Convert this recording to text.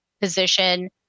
position